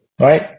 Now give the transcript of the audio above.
right